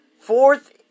fourth